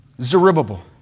Zerubbabel